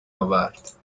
آورد